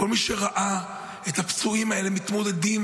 כל מי שראה את הפצועים האלה מתמודדים